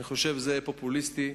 אני חושב שזה פופוליסטי,